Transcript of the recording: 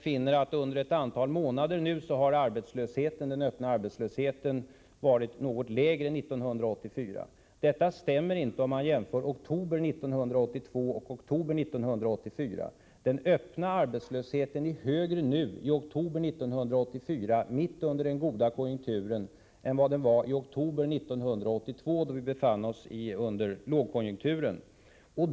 Finansministern finner då att den öppna arbetslösheten under ett antal månader var något lägre 1984. Detta stämmer inte om man jämför siffrorna för oktober 1982 med dem för oktober 1984. Den öppna arbetslösheten är högre i oktober 1984 — mitt under den goda konjunkturen — än vad den var i oktober 1982, då vi befann oss i en lågkonjunktur.